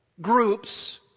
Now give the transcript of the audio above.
Groups